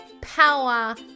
power